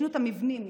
התיישנות המבנים,